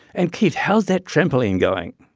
and, keith, how's that trampoline going?